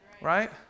Right